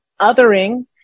Othering